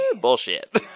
Bullshit